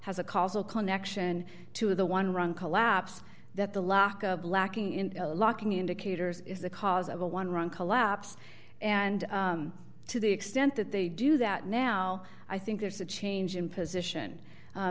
has a causal connection to the one run collapse that the lack of lacking in locking indicators is the cause of a one run collapse and to the extent that they do that now i think there's a change in position